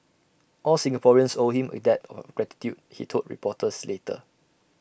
all Singaporeans owe him A debt of gratitude he told reporters later